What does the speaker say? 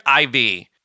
IV